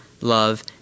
love